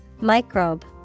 Microbe